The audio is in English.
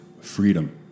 freedom